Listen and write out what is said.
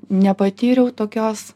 nepatyriau tokios